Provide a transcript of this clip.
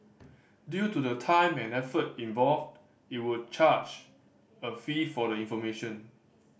due to the time and effort involved it would charge a fee for the information